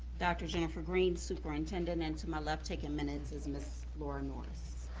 dr. jennifer green, superintendent. and to my left taking minutes is ms. laura norris.